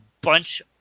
bunch